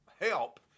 help